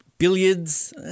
billiards